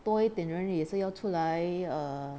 多一点人也是要出来 err